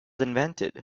invented